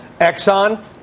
Exxon